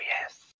yes